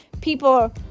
people